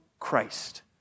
Christ